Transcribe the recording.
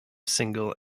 single